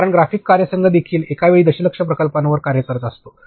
कारण ग्राफिक कार्यसंघ देखील एकावेळी दशलक्ष प्रकल्पांवर कार्य करत असतो